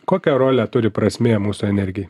kokią rolę turi prasmė mūsų energijai